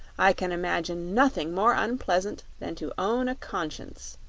i can imagine nothing more unpleasant than to own a conscience,